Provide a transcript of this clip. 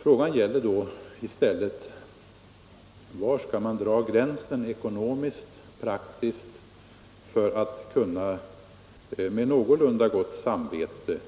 Frågan gäller då i stället: Var skall man dra gränsen ekonomiskt-praktiskt för att kunna med någorlunda gott samvete